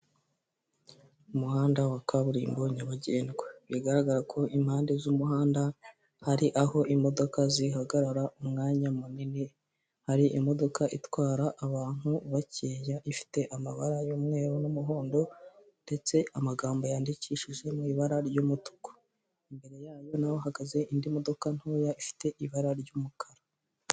Umuhanda wa kaburimbo nyabagendwa, bigaragara ko impande z'umuhanda hari aho imodoka zihagarara umwanya munini hari imodoka itwara abantu bakeya ifite amabara y'umweru n'umuhondo ndetse amagambo yandikishije mu ibara ry'umutuku, imbere yayo na ahahagaze indi modoka ntoya ifite ibara ry'umukara.